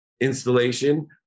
installation